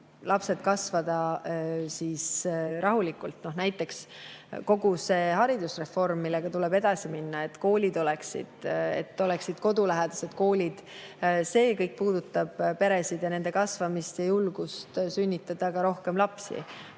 lapsed saaks rahulikult kasvada. Näiteks kogu see haridusreform, millega tuleb edasi minna, et oleksid kodulähedased koolid, see kõik puudutab peresid ja nende kasvamist ning ka julgust sünnitada rohkem lapsi.